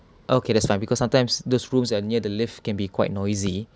okay that's fine because sometimes those rooms that near the lift can be quite noisy